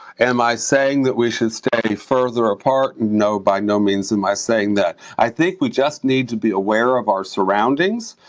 am i saying that we should stay farther apart? no, by no means am i saying that. i think we just need to be aware of our surroundings,